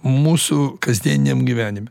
mūsų kasdieniniam gyvenime